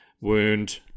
wound